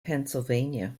pennsylvania